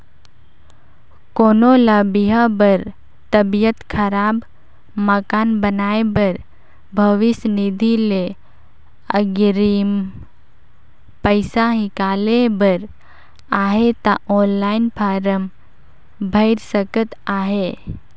कोनो ल बिहा बर, तबियत खराब, मकान बनाए बर भविस निधि ले अगरिम पइसा हिंकाले बर अहे ता ऑनलाईन फारम भइर सकत अहे